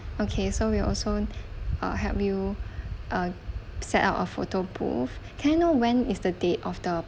okay so we will also uh help you uh set up a photo booth can I know when is the date of the